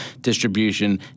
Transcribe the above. distribution